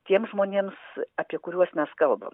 tiems žmonėms apie kuriuos mes kalbam